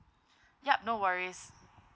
yup no worries